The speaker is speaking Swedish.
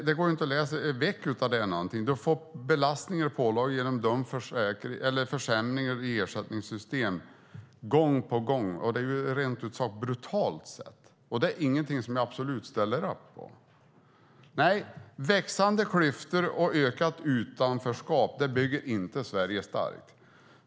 Det går inte att läsa väck. Du får belastningar och pålagor genom försämringarna i ersättningssystemen gång på gång. Det är rent ut sagt brutalt. Det är absolut ingenting jag ställer upp på. Nej, växande klyftor och ökat utanförskap bygger inte Sverige starkt.